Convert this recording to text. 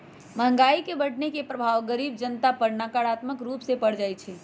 महंगाई के बढ़ने के प्रभाव गरीब जनता पर नकारात्मक रूप से पर जाइ छइ